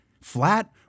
Flat